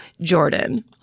jordan